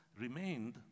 remained